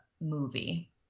movie